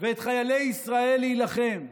ואת חיילי ישראל להילחם.